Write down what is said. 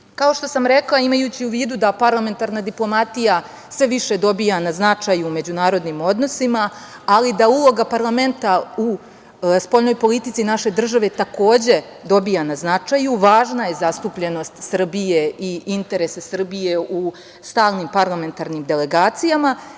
što sam rekla, imajući u vidu da parlamentarna diplomatija sve više dobija na značaju u međunarodnim odnosima, ali da uloga parlamenta u spoljnoj politici naše države takođe dobija na značaju, važna je zastupljenost Srbije i interesa Srbije u stalnim parlamentarnim delegacijama,